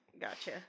gotcha